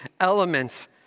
elements